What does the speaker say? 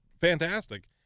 fantastic